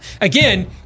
Again